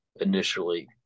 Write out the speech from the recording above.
initially